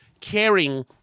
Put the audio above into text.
caring